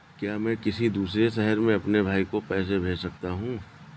क्या मैं किसी दूसरे शहर में अपने भाई को पैसे भेज सकता हूँ?